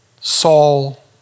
Saul